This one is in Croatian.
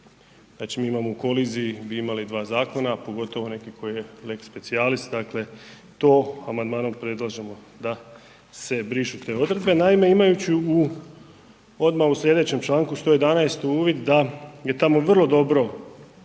mi imamo u koliziji bi imali dva zakona pogotovo neki koji je lex specialis dakle to amandmanom predlažemo da se brišu te odredbe naime imajući odmah u slijedećem čl. 111. u uvid da je tamo vrlo dobro